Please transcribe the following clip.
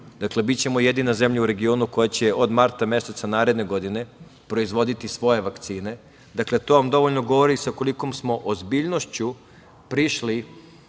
Bićemo jedina zemlja u regionu koja će od marta meseca naredne godine proizvoditi svoje vakcine. Dakle, to vam dovoljno govori sa kolikom smo ozbiljnošću prišli